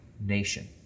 nation